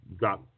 got